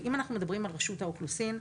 אם אנחנו מדברים על רשות האוכלוסין,